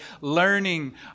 learning